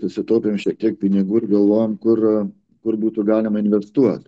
susitaupėme šiek tiek pinigų ir galvojome kur kur būtų galima investuoti